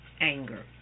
anger